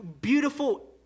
beautiful